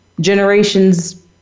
generations